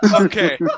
Okay